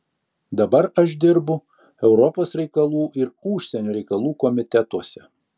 dabar aš dirbu europos reikalų ir užsienio reikalų komitetuose